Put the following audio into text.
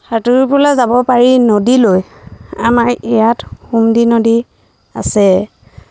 সাঁতুৰিবলৈ যাব পাৰি নদীলৈ আমাৰ ইয়াত সোমদি নদী আছে